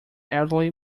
elderly